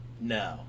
No